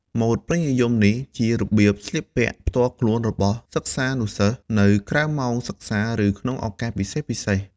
ម៉ូដពេញនិយមនេះ ជារបៀបស្លៀកពាក់ផ្ទាល់ខ្លួនរបស់សិស្សានុសិស្សនៅក្រៅម៉ោងសិក្សា ឬក្នុងឱកាសពិសេសៗ។